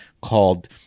called